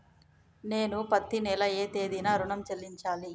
నేను పత్తి నెల ఏ తేదీనా ఋణం చెల్లించాలి?